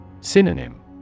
Synonym